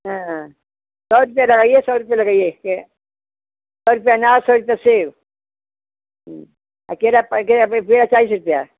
हँ सौ रुपया लगाइए सौ रुपया लगाइए इसके सौ रुपया अनार सौ रुपया सेब आ केला प केला प केला चालीस रुपया